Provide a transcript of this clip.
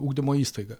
ugdymo įstaiga